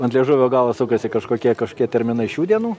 ant liežuvio galo sukasi kažkokie kažkokie terminai šių dienų